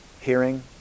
hearing